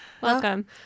Welcome